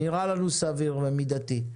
נראה לנו סביר ומידתי.